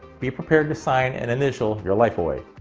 be prepared to sign and initial your life away.